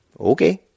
okay